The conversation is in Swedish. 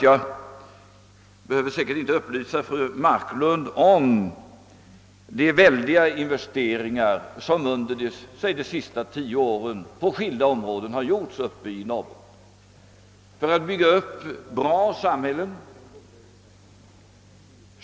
Jag behöver säkerligen inte upplysa fru Marklund om de väldiga investeringar som under de senaste tio åren på skilda områden har företagits uppe i Norrbotten för att bygga upp goda samhällen.